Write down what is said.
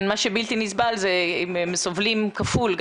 מה שבלתי נסבל זה שהם סובלים כפול.